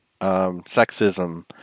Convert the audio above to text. sexism